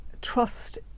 trust